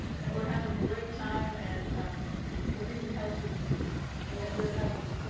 and we're having a great time and we're being healthy and and we're having a.